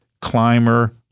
climber